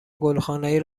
گلخانهای